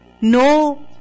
No